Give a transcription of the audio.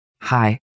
Hi